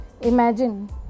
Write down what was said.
Imagine